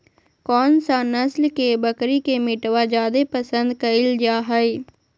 कौन सा नस्ल के बकरी के मीटबा जादे पसंद कइल जा हइ?